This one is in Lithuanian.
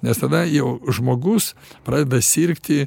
nes tada jau žmogus pradeda sirgti